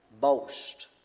boast